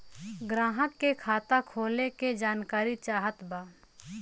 ग्राहक के खाता खोले के जानकारी चाहत बा?